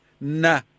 nah